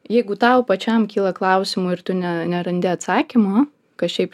jeigu tau pačiam kyla klausimų ir tu ne nerandi atsakymo kas šiaip